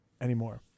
anymore